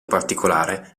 particolare